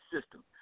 system